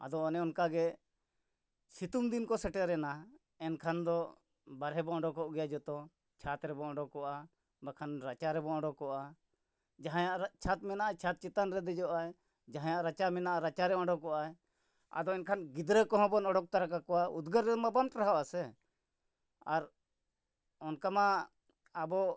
ᱟᱫᱚ ᱚᱱᱮ ᱚᱱᱠᱟ ᱜᱮ ᱥᱤᱛᱩᱝ ᱫᱤᱱ ᱠᱚ ᱥᱮᱴᱮᱨ ᱮᱱᱟ ᱮᱱᱠᱷᱟᱱ ᱫᱚ ᱵᱟᱦᱨᱮ ᱵᱚᱱ ᱚᱰᱚᱠᱚᱜ ᱜᱮᱭᱟ ᱡᱚᱛᱚ ᱪᱷᱟᱛ ᱨᱮᱵᱚᱱ ᱚᱰᱚᱠᱚᱜᱼᱟ ᱵᱟᱠᱷᱟᱱ ᱨᱟᱪᱟ ᱨᱮᱵᱚᱱ ᱚᱰᱚᱠᱚᱜᱼᱟ ᱡᱟᱦᱟᱸᱭᱟᱜ ᱪᱷᱟᱛ ᱢᱮᱱᱟᱜᱼᱟ ᱪᱷᱟᱛ ᱪᱮᱛᱟᱱ ᱨᱮ ᱫᱮᱡᱚᱜ ᱟᱭ ᱡᱟᱦᱟᱭᱟᱜ ᱨᱟᱪᱟ ᱢᱮᱱᱟᱜᱼᱟ ᱨᱟᱪᱟᱨᱮ ᱚᱰᱚᱠᱚᱜ ᱟᱭ ᱟᱫᱚ ᱮᱱᱠᱷᱟᱱ ᱜᱤᱫᱽᱨᱟᱹ ᱠᱚᱦᱚᱸ ᱵᱚᱱ ᱚᱰᱚᱠ ᱛᱟᱨᱟᱠᱟᱠᱚᱣᱟ ᱩᱫᱽᱜᱟᱹᱨ ᱨᱮᱢᱟ ᱵᱟᱝ ᱴᱟᱲᱦᱟᱣ ᱟᱥᱮ ᱟᱨ ᱚᱱᱠᱟ ᱢᱟ ᱟᱵᱚ